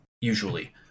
usually